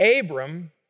Abram